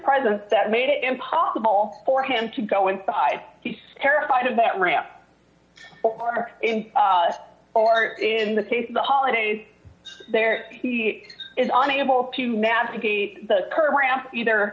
present that made it impossible for him to go inside he's terrified of that ramp our art is in the face the holidays there he is on able to navigate the ramp either